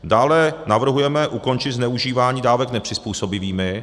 Dále navrhujeme ukončit zneužívání dávek nepřizpůsobivými.